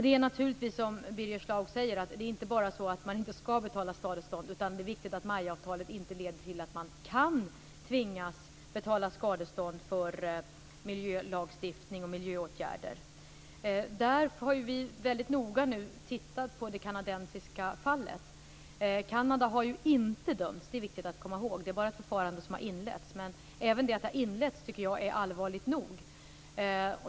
Det är naturligtvis som Birger Schlaug säger, nämligen att man inte skall betala skadestånd och att MAI-avtalet inte leder till att man kan tvingas betala skadestånd för miljölagstiftning och miljöåtgärder. Vi har noga tittat på det kanadensiska fallet. Kanada har inte dömts - det är viktigt att komma ihåg. Det är bara ett förfarande som har inletts. Men även att det har inletts är allvarligt nog.